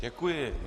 Děkuji.